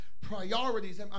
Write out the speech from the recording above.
priorities